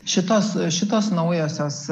šitos šitos naujosios